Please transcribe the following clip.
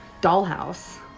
dollhouse